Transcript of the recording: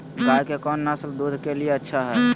गाय के कौन नसल दूध के लिए अच्छा है?